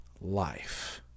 life